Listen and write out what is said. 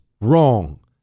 wrong